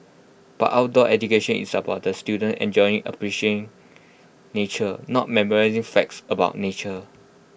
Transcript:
but outdoor education is about the students enjoying appreciating nature not memorising facts about nature